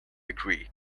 agree